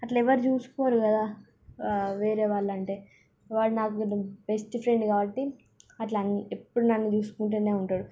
అట్లా ఎవరు చూసుకోరు కదా వేరే వాళ్ళు అంటే వాడు నాకు పెద్ద బెస్ట్ ఫ్రెండ్ కాబట్టి అట్ల అని ఎప్పుడు నన్ను చూసుకుంటూనే ఉంటాడు